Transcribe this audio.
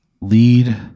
lead